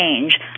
change